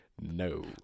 No